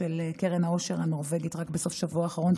של קרן העושר הנורבגית רק בסוף השבוע האחרון,